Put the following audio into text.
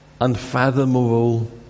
unfathomable